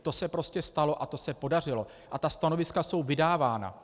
To se prostě stalo a to se podařilo a ta stanoviska jsou vydávána.